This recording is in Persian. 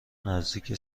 نزدیک